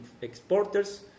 exporters